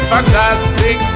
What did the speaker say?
Fantastic